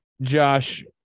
Josh